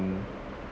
and